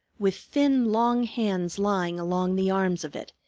with thin, long hands lying along the arms of it,